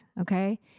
Okay